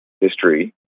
history